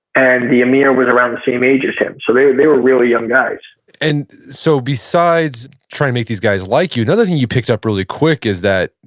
and the amir was around the same age as him, so they they were really young guys and so besides trying to make these guys like you, another thing you picked up really quick is that,